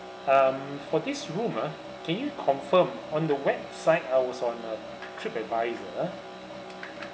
um for this room ah can you confirm on the website I on uh trip advisor